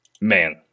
man